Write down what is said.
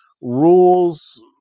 rules